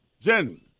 Jen